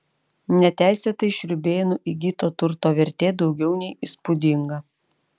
neteisėtai šriūbėnų įgyto turto vertė daugiau nei įspūdinga